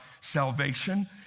salvation